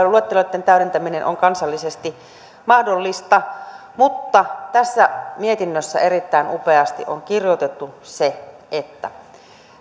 luetteloitten täydentäminen on kansallisesti mahdollista mutta tässä mietinnössä erittäin upeasti on kirjoitettu se että